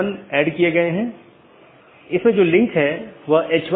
दूसरा BGP connection बनाए रख रहा है